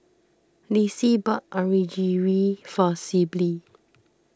Lissie bought Onigiri for Sibyl